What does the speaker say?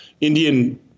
Indian